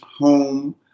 home